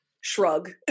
Shrug